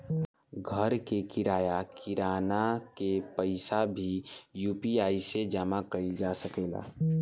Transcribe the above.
घर के किराया, किराना के पइसा भी यु.पी.आई से जामा कईल जा सकेला